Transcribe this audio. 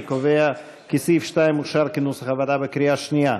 אני קובע כי סעיף 2 אושר כנוסח הוועדה בקריאה שנייה.